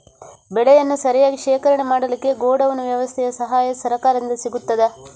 ಬೆಳೆಯನ್ನು ಸರಿಯಾಗಿ ಶೇಖರಣೆ ಮಾಡಲಿಕ್ಕೆ ಗೋಡೌನ್ ವ್ಯವಸ್ಥೆಯ ಸಹಾಯ ಸರಕಾರದಿಂದ ಸಿಗುತ್ತದಾ?